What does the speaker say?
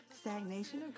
stagnation